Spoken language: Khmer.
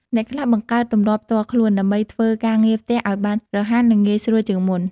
អ្នកខ្លះបង្កើតទម្លាប់ផ្ទាល់ខ្លួន ដើម្បីធ្វើការងារផ្ទះឱ្យបានរហ័ស និងងាយស្រួលជាងមុន។